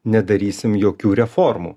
nedarysim jokių reformų